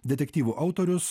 detektyvų autorius